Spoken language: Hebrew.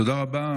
תודה רבה.